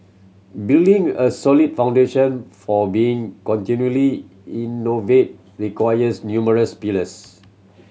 building a solid foundation for being continually innovate requires numerous pillars